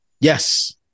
Yes